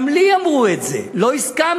גם לי אמרו את זה, לא הסכמתי.